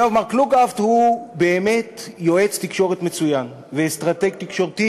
מר קלוגהפט הוא באמת יועץ תקשורת מצוין ואסטרטג תקשורתי,